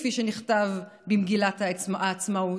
כפי שנכתב במגילת העצמאות,